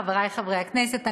חברי חברי הכנסת,